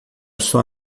sua